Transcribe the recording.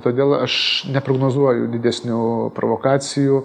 todėl aš neprognozuoju didesnių provokacijų